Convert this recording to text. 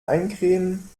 eincremen